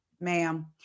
ma'am